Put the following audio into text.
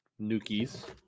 Nukies